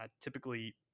typically